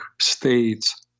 states